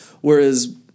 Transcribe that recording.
Whereas